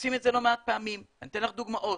אין ספק שאנחנו צריכים לתת גם למגזר הזה.